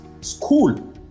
School